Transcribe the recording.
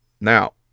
now